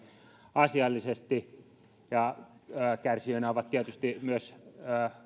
asiallisesti ja kärsijöinä ovat tietysti myös